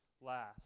last